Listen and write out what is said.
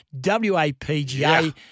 WAPGA